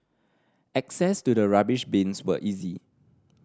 access to the rubbish bins was easy